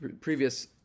previous